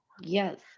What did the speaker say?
yes